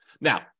Now